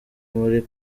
muri